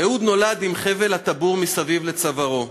אהוד נולד כשחבל הטבור סביב צווארו.